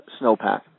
snowpack